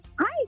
Hi